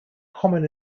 common